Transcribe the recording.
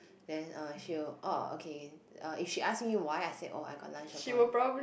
then uh she will oh okay uh if she ask me why I say I got lunch appointment